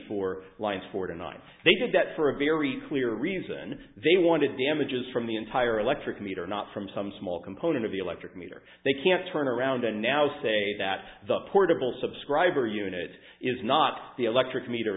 four lines for tonight they did that for a very clear reason they wanted damages from the entire electric meter not from some small component of the electric meter they can turn around and now say that the portable subscriber unit is not the electric meter